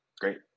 Great